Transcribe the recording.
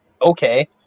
okay